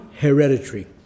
hereditary